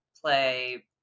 play